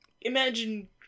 Imagine